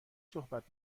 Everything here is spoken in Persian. صحبت